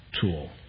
tool